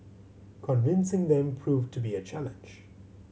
convincing them proved to be a challenge